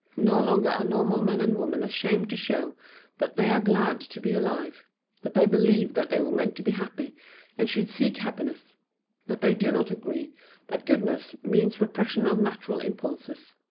no longer are normal men and women ashamed to show that they are glad to be alive that they believe that they were meant to be happy and should seek happiness that they do not agree that goodness means repression of natural impulses.